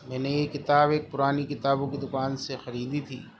میں نے یہ کتاب ایک پرانی کتابوں کی دکان سے خریدی تھی